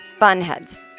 funheads